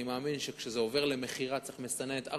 אני מאמין שכשזה עובר למכירה צריך מסננת,